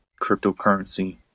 cryptocurrency